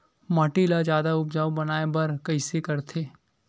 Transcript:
माटी ला जादा उपजाऊ बनाय बर कइसे करथे?